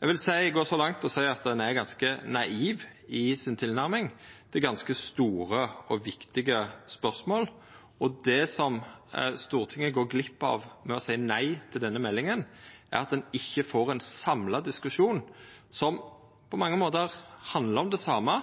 Eg vil gå så langt som til å seia at ein er ganske naiv i si tilnærming til ganske store og viktige spørsmål. Og det Stortinget går glipp av med å seia nei til denne meldinga, er at ein ikkje får ein samla diskusjon, som på mange måtar handlar om det same,